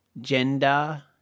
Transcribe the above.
gender